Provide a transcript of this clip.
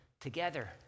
together